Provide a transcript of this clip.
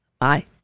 Bye